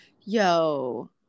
Yo